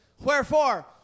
wherefore